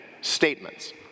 statements